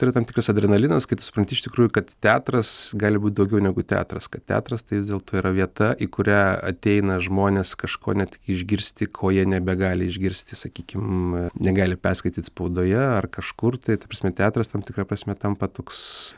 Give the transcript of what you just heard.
tai yra tam tikras adrenalinas kai tu supranti iš tikrųjų kad teatras gali būt daugiau negu teatras kad teatras tai vis dėlto yra vieta į kurią ateina žmonės kažko ne tik išgirsti ko jie nebegali išgirsti sakykim negali perskaityt spaudoje ar kažkur tai ta prasme teatras tam tikra prasme tampa toks